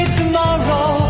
tomorrow